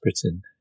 Britain